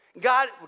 God